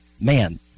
man